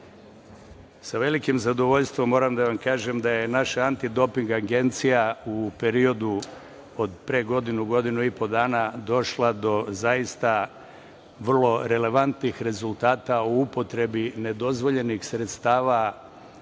velikim zadovoljstvom moram da vam kažem da je naša Antidoping agencija u periodu od pre godinu, godinu i po dana došla do zaista vrlo relevantnih rezultata o upotrebi nedozvoljenih sredstava,